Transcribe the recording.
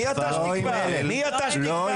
מי אתה שתקבע, מי אתה שתקבע?